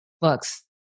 books